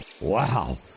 Wow